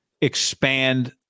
expand